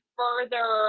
further